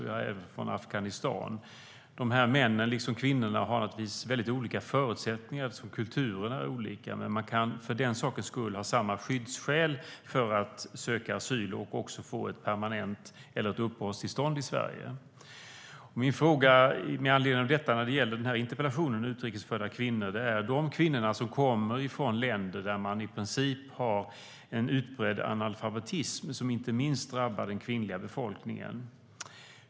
De kommer även från Afghanistan. Männen, liksom kvinnorna, har naturligtvis väldigt olika förutsättningar eftersom kulturerna är olika, men de kan för den sakens skull ha samma skyddsskäl för att söka asyl och också få ett uppehållstillstånd i Sverige. Jag har en fråga med anledning av detta, när det gäller interpellationen om utrikes födda kvinnor. Det gäller de kvinnor som kommer från länder där man i princip har en utbredd analfabetism, som inte minst drabbar den kvinnliga befolkningen.